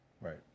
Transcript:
Right